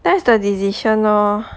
that's the decision lor